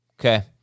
Okay